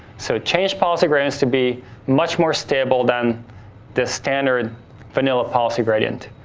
so, change policy gradients to be much more stable than the standard vanilla policy gradient.